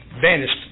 vanished